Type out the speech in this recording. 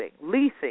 leasing